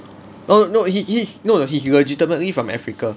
oh no he is he is legitimately from africa